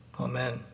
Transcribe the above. Amen